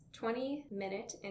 20-minute